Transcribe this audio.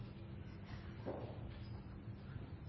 takk